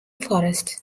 forest